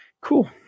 Cool